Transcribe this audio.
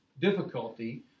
difficulty